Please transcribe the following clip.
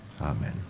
Amen